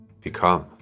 become